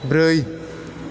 ब्रै